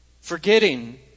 forgetting